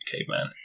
Caveman